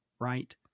Right